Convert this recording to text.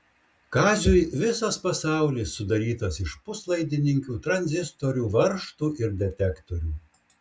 kaziui visas pasaulis sudarytas iš puslaidininkių tranzistorių varžtų ir detektorių